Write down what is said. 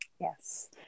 Yes